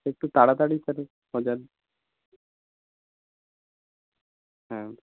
একটু তাড়াতাড়ি খোঁজার হ্যাঁ